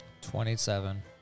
Twenty-seven